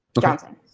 Johnson